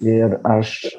ir aš